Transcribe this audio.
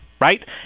right